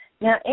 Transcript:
Now